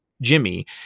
Jimmy